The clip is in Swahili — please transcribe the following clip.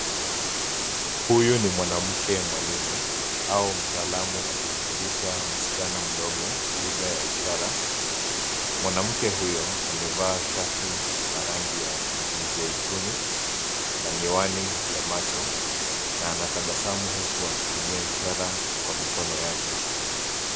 Huyu ni mwanamke mwalimu au mtaalamu, akimfundisha msichana mdogo lugha ya ishara. Mwanamke huyo amevaa shati la rangi ya mizeituni, na miwani ya macho, na anatabasamu huku akitumia ishara kwa mikono yake.